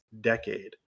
decade